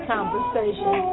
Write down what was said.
Conversation